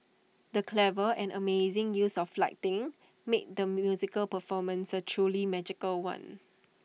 the clever and amazing use of flighting made the musical performance A truly magical one